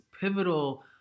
pivotal